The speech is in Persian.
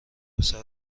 پسر